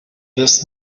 this